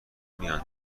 میان